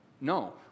No